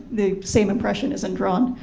the same impression isn't drawn.